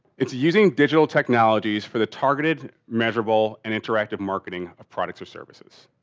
it's using digital technologies for the targeted measurable and interactive marketing of products or services.